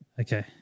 Okay